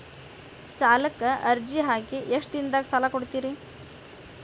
ಸಾಲಕ ಅರ್ಜಿ ಹಾಕಿ ಎಷ್ಟು ದಿನದಾಗ ಸಾಲ ಕೊಡ್ತೇರಿ?